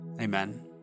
amen